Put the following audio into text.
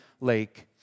lake